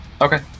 Okay